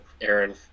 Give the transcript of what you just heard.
Aaron